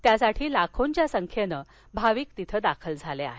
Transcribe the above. यासाठी लाखोंच्या संख्येनं भाविक तिथे दाखल झाले आहेत